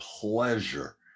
pleasure